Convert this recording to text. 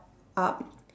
up